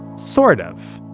sort of,